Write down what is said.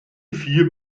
vier